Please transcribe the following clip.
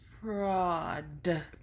Fraud